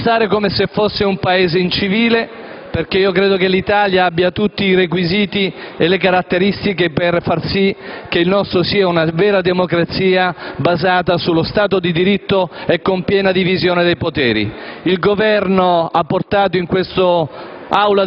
passare per un Paese incivile, perché credo che l'Italia abbia tutti i requisiti e le caratteristiche per far sì che la nostra sia una vera democrazia, basata sullo Stato di diritto e con piena divisione dei poteri. Il Governo ha portato in quest'Aula